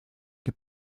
que